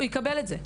הוא יקבל את זה.